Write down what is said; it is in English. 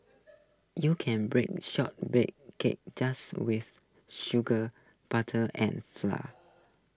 you can bake Shortbread Cookies just with sugar butter and flour